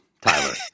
Tyler